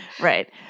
Right